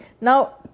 Now